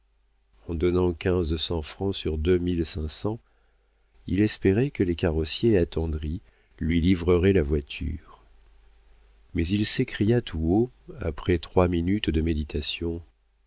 en donnant quinze cents francs sur deux mille cinq cents il espérait que les carrossiers attendris lui livreraient la voiture mais il s'écria tout haut après trois minutes de méditation